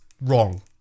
wrong